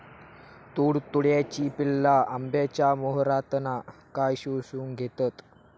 तुडतुड्याची पिल्ला आंब्याच्या मोहरातना काय शोशून घेतत?